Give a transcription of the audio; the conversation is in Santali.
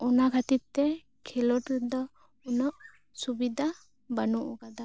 ᱚᱱᱟ ᱠᱷᱟᱛᱤᱨ ᱛᱮ ᱠᱷᱮᱞᱚᱰ ᱨᱮᱫᱚ ᱩᱱᱚᱜ ᱥᱩᱵᱤᱫᱟ ᱵᱟᱱᱩᱜ ᱟᱠᱟᱫᱟ